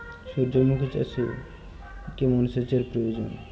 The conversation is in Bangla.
সূর্যমুখি চাষে কেমন সেচের প্রয়োজন?